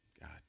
God